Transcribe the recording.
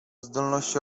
zdolności